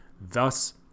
thus